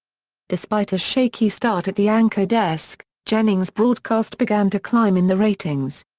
despite a shaky start at the anchor desk, jennings' broadcast began to climb in the ratings.